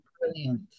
brilliant